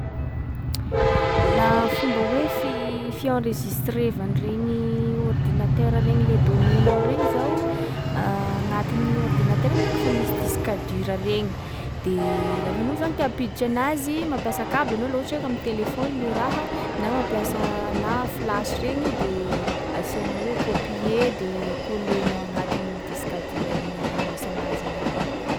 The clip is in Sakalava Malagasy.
Laha fomba hoe fi- fienregistrevan’regny ordinatera regny le données-nao regny zao, agnatin’ny ordinatera iny manko fa misy disque dur regny. De lafa anao zany te hampiditra anazy, mampiasa cable anao laha ohatsa hoe ka am'telefaony le raha. Na mampiasa na flash regny, de asianao hoe copier de coller-nao agnatin’ny disque dur iny misy anazy iny avao.